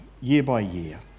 year-by-year